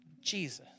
Jesus